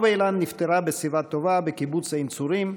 טובה אילן נפטרה בשיבה טובה בקיבוץ עין צורים,